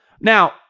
Now